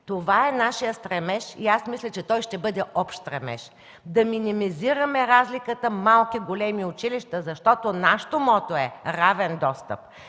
Това е нашият стремеж. Мисля, че той ще бъде общ стремеж – да минимизираме разликата между малките и големите училища, защото нашето мото е „Равен достъп